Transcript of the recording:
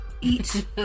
eat